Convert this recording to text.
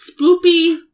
spoopy